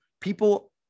people